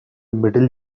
middle